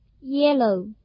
yellow